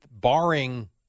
Barring